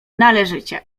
należycie